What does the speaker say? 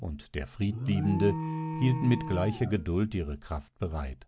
und der friedliebende hielten mit gleicher geduld ihre kraft bereit